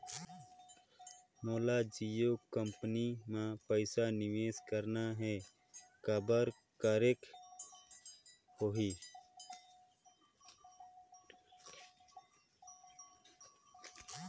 मोला जियो कंपनी मां पइसा निवेश करना हे, काबर करेके होही?